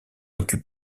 occupe